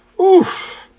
Oof